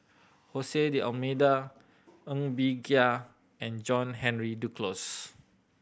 Hose D'Almeida Ng Bee Kia and John Henry Duclos